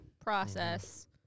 process